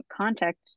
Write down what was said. contact